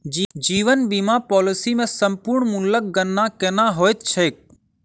जीवन बीमा पॉलिसी मे समर्पण मूल्यक गणना केना होइत छैक?